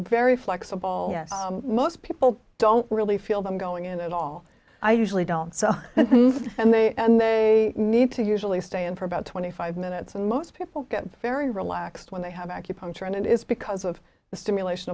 very flexible most people don't really feel them going in at all i usually don't sew and they and they need to usually stay in for about twenty five minutes and most people very relaxed when they have acupuncture and it is because of the stimulation